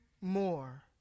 more